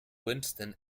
winston